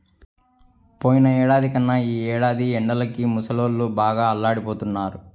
పోయినేడాది కన్నా ఈ ఏడాది ఎండలకి ముసలోళ్ళు బాగా అల్లాడిపోతన్నారు